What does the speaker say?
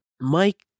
Mike